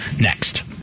next